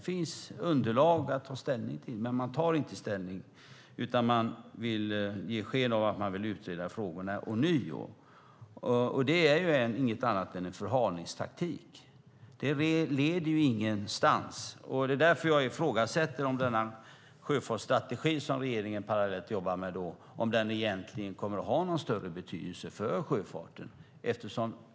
Det finns underlag att ta ställning till, men man tar inte ställning, utan man vill ge sken av att man vill utreda frågorna ånyo. Det är inget annat än en förhalningstaktik. Det leder ingenstans. Det är därför jag ifrågasätter om denna sjöfartsstrategi, som regeringen jobbar med parallellt, egentligen kommer att ha någon större betydelse för sjöfarten.